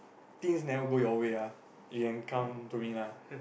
things never go your way ah you can come to me lah